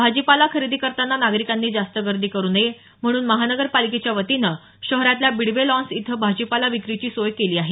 भाजीपाला खरेदी करताना नागरिकांनी जास्त गर्दी करु नये म्हणून महानगरपालिकेच्या वतीनं शहरातल्या बिडवे लॉन्स इथं भाजीपाला विक्रीची सोय केली आहे